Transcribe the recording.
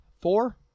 four